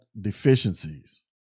deficiencies